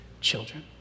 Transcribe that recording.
children